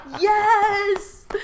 yes